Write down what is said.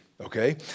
okay